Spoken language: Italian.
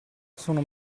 sono